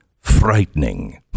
frightening